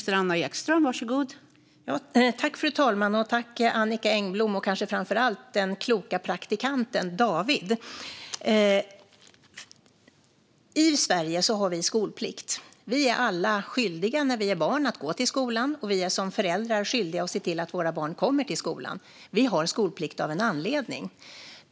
Fru talman! Jag tackar Annicka Engblom, och kanske framför allt den kloka praktikanten David, för frågan. I Sverige har vi skolplikt. Alla barn är skyldiga att gå till skolan, och alla föräldrar är skyldiga att se till att deras barn kommer till skolan. Vi har skolplikt av en anledning.